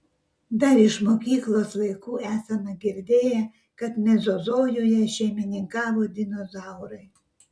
dar iš mokyklos laikų esame girdėję kad mezozojuje šeimininkavo dinozaurai